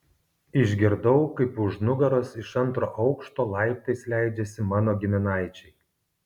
išgirdau kaip už nugaros iš antro aukšto laiptais leidžiasi mano giminaičiai